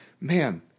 man